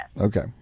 Okay